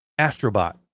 Astrobot